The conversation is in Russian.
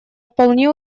вполне